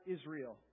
Israel